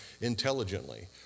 intelligently